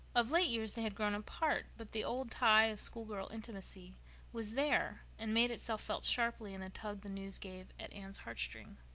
of late years they had grown apart but the old tie of school-girl intimacy was there, and made itself felt sharply in the tug the news gave at anne's heartstrings.